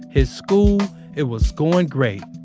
his school, it was going great.